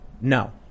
no